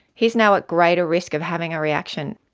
he is now at greater risk of having a reaction,